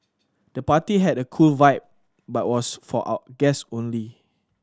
the party had a cool vibe but was for guest only